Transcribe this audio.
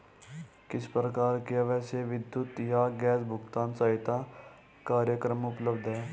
किस प्रकार के आवासीय विद्युत या गैस भुगतान सहायता कार्यक्रम उपलब्ध हैं?